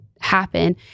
happen